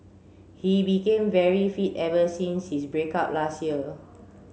he became very fit ever since his break up last year